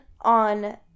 on